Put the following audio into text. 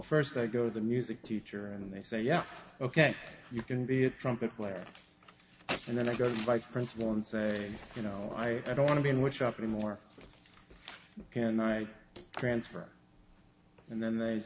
first i go to the music teacher and they say yeah ok you can be a trumpet player and then i got my principal and say you know i don't want to be in which up anymore and i transfer and then they